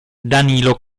danilo